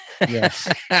Yes